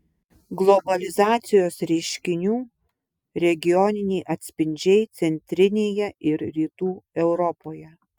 globalizacijos reiškinių regioniniai atspindžiai centrinėje ir rytų europoje